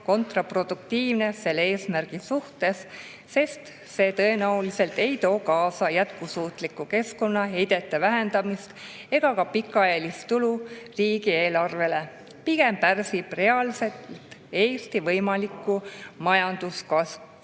kontraproduktiivne selle eesmärgi suhtes, sest see tõenäoliselt ei too kaasa jätkusuutlikku keskkonnaheidete vähendamist ega ka pikaajalist tulu riigieelarvele. Pigem pärsib see reaalselt Eesti võimalikku